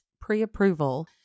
pre-approval